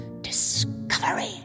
discovery